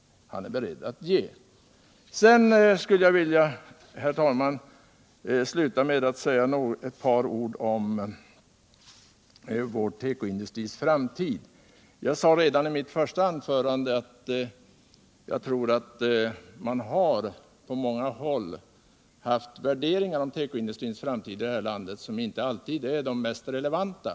Herr talman! Jag skulle vilja avsluta mitt inlägg med att säga några ord om vår tekoindustris framtid. Redan i mitt första anförande sade jag att jag tror att man på många håll haft värderingar när det gäller tekoindustrins framtid i det här landet som inte alltid varit de mest relevanta.